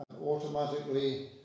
automatically